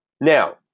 Now